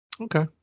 Okay